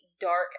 dark